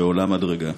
ועולה מדרגה.